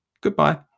Goodbye